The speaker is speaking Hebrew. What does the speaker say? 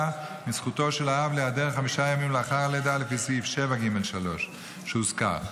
מזכותו של האב להיעדר חמישה ימים לאחר הלידה לפי סעיף 7(ג3) שהוזכר,